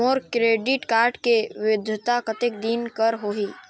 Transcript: मोर credit card के वैधता कतेक दिन कर होही?